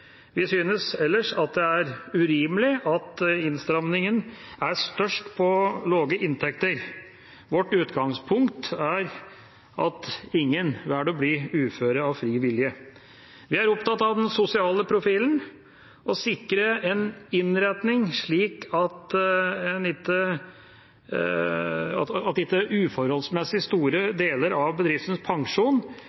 Vi synes ellers at det er urimelig at innstrammingen er størst på lave inntekter. Vårt utgangspunkt er at ingen velger å bli ufør av fri vilje. Vi er opptatt av den sosiale profilen og av å sikre en innretning slik at ikke uforholdsmessig store deler av bedriftens pensjon